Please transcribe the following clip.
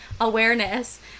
awareness